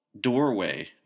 doorway